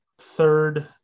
third